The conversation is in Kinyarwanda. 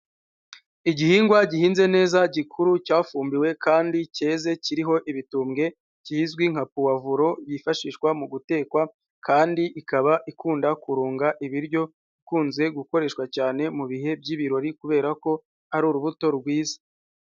Igihingwa gihinze neza gikuru cyafumbiwe kandi cyeze kiriho ibitumbwe kizwi nka puwavuro yifashishwa mu gutekwa, kandi ikaba ikunda kurunga ibiryo, ikunze gukoreshwa cyane mu bihe by'ibirori kubera ko ari urubuto rwiza.